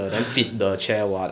yes